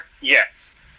Yes